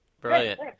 Brilliant